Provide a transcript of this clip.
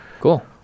cool